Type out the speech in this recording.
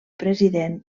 president